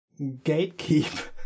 gatekeep